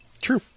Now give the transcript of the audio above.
True